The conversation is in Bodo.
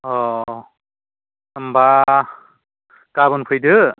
औ होनबा गाबोन फैदो